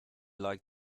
like